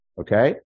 Okay